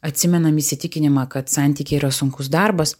atsimenam įsitikinimą kad santykiai yra sunkus darbas